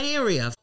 area